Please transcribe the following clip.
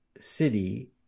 city